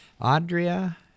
Andrea